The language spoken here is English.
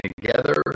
together